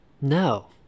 No